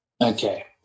Okay